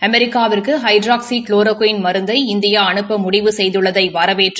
அமெரிக்காவிற்கு hydroxychloroquine மருந்தை India அனுப்ப முடிவு செய்துள்ளதை வரவேற்று